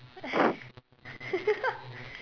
what the heck